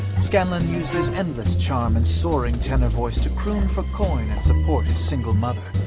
scanlan used his endless charm and soaring tenor voice to croon for coin and support his single mother.